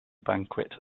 banquet